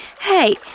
Hey